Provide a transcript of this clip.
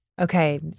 okay